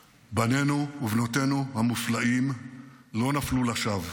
בנינו ובנותינו המופלאים לא נפלו לשווא.